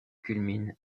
culmine